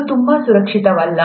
ಇದು ತುಂಬಾ ಸುರಕ್ಷಿತವಲ್ಲ